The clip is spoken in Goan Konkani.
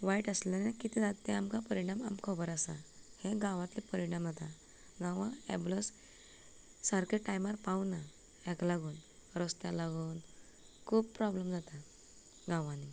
वायट आशिल्लें कितें जाता तें आमकां परिणाम आमकां खबर आसा हे गांवांतले परिणाम आतां गांवांत ऍबुलन्स सारकें टायमार पावना ताका लागून रस्त्याक लागून खूब प्रोब्लम जाता गांवांनी